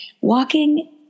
Walking